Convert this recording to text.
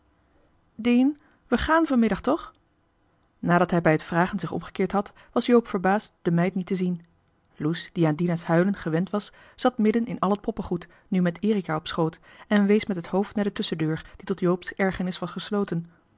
dien we gààn va middag toch onder de vraag zich omgekeerd hebbend was joop verbaasd de meid niet te zien loes die al aan dina's huilen gewend was zat midden in al het poppengoed nu met erica op schoot en wees met het hoofd naar de tusschendeur die tot joop's ergernis was gesloten